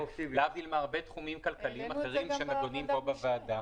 להבדיל מהרבה תחומים כלכליים אחרים שנדונים פה בוועדה.